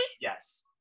Yes